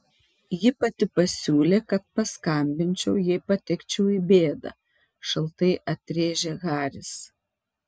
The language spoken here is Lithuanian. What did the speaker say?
ji pati pasiūlė kad paskambinčiau jei patekčiau į bėdą šaltai atrėžė haris